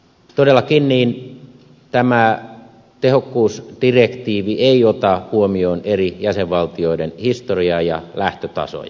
todellakin tämä tehokkuusdirektiivi ei ota huomioon eri jäsenvaltioiden historiaa ja lähtötasoja